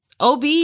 ob